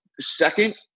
Second